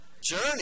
journey